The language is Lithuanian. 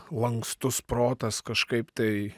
lankstus protas kažkaip tai